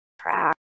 track